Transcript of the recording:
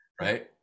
right